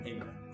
Amen